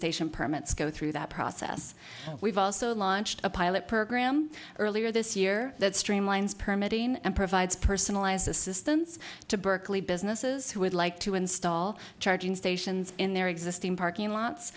station permits go through that process we've also launched a pilot program earlier this year that streamlines permitting and provides personalized assistance to berkeley businesses who would like to install charging stations in their existing parking lots